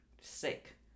sick